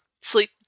sleep